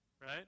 right